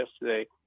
yesterday